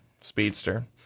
speedster